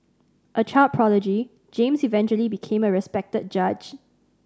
a child prodigy James eventually became a respected judge